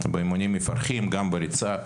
באימונים מפרכים גם בריצה,